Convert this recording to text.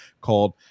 called